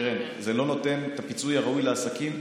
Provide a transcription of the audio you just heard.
קרן, זה לא נותן את הפיצוי הראוי לעסקים.